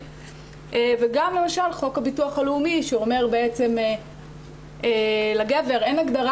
וגם למשל חוק הביטוח הלאומי, ששם אין הגדרה